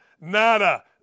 nada